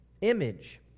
image